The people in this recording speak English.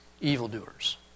evildoers